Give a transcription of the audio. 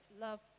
love